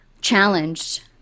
challenged